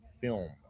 film